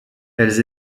elles